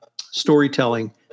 storytelling